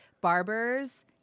barbers